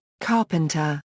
Carpenter